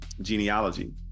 genealogy